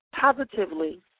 Positively